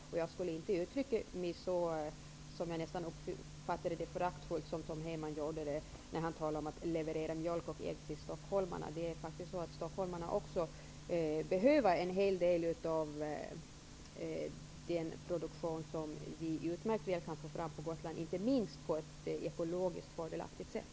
Jag skulle inte uttrycka mig så, som jag uppfattade det, föraktfullt som Tom Heyman gjorde när han talade om att leverera mjölk och ägg till stockholmarna. Stockholmarna behöver faktiskt en hel del av den produktion som vi kan få fram på Gotland, inte minst på ett ekologiskt fördelaktigt sätt.